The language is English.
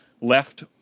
left